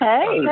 Hey